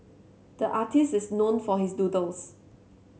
the artist is known for his doodles